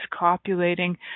copulating